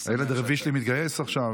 הילד הרביעי שלי מתגייס עכשיו,